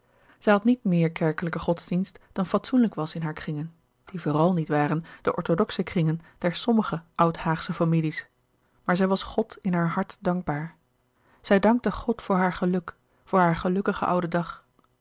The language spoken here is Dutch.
had niet meer kerkelijke godsdienst dan fatsoenlijk was in hare kringen die vooral niet waren de orthodoxe kringen der sommige oud haagsche families maar zij was god in haar hart dankbaar zij dankte god voor haar geluk voor haar gelukkigen ouden dag